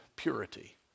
purity